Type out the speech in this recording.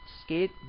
skate